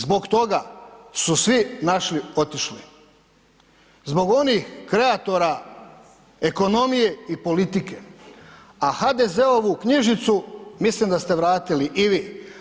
Zbog toga su svi naši otišli, zbog onih kreatora ekonomije i politike, a HDZ-ovu knjižicu mislim da ste vratili i vi.